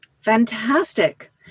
Fantastic